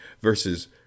versus